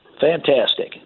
Fantastic